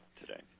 today